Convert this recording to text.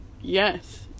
Yes